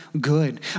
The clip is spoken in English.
good